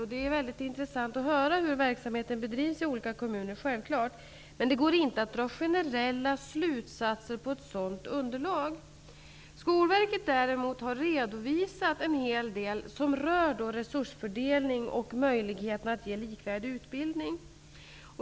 Det är självfallet mycket intressant att höra hur verksamheten bedrivs i olika kommuner. Men det går inte att dra generella slutsatser av ett sådant underlag. Skolverket har däremot redovisat en hel del som rör resursfördelning och möjligheten att ge likvärdig utbildning.